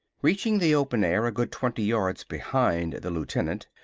reaching the open air a good twenty yards behind the lieutenant,